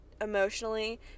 emotionally